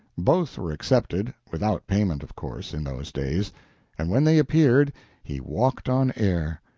both were accepted without payment, of course, in those days and when they appeared he walked on air.